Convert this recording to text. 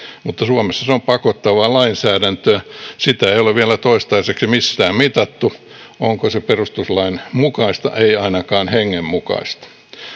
asiasi mutta suomessa se on pakottavaa lainsäädäntöä ja ei ole vielä toistaiseksi missään mitattu onko se perustuslain mukaista ei ainakaan sen hengen mukaista